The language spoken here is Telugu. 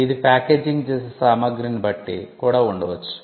ఇది ప్యాకేజింగ్ చేసే సామగ్రిని బట్టి కూడా ఉండవచ్చు